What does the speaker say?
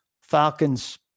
Falcons